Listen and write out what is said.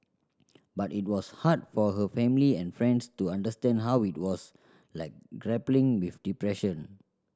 but it was hard for her family and friends to understand how it was like grappling with depression